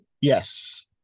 Yes